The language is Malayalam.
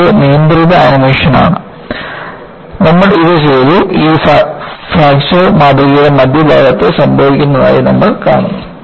ഇതൊരു നിയന്ത്രിത ആനിമേഷനാണ് നമ്മൾ ഇത് ചെയ്തു ഈ ഫ്രാക്ചർ മാതൃകയുടെ മധ്യഭാഗത്ത് സംഭവിക്കുന്നതായി നമ്മൾ കാണുന്നു